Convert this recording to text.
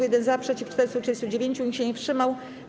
1 - za, przeciw - 439, nikt się nie wstrzymał.